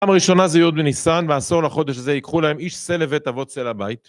פעם ראשונה זה יוד בניסן, בעשור לחודש הזה ייקחו להם איש שה לבית אבות, שה לבית.